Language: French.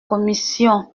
commission